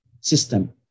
system